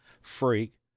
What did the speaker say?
freak